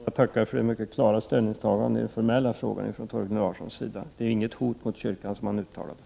Herr talman! Jag tackar för det mycket klara ställningstagandet från Torgny Larssons sida i den formella frågan. Det var alltså inte något hot mot kyrkan som han uttalade.